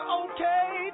okay